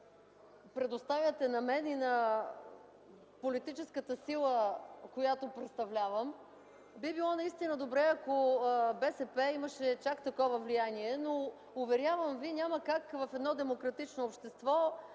предоставяте на мен и на политическата сила, която представлявам. Би било добре, ако БСП имаше чак такова влияние, но уверявам Ви, няма как в едно демократично общество